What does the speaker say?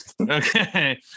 Okay